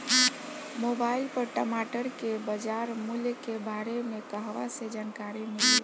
Mobile पर टमाटर के बजार मूल्य के बारे मे कहवा से जानकारी मिली?